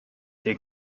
der